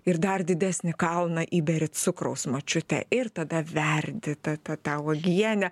ir dar didesnį kalną įberia cukraus močiutė ir tada verdi tą tą tą uogienę